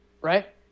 right